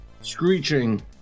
screeching